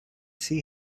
see